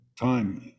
time